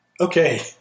Okay